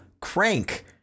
crank